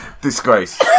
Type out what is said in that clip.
Disgrace